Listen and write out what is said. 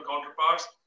counterparts